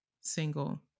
single